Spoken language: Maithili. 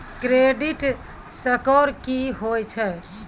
क्रेडिट स्कोर की होय छै?